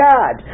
God